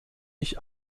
ich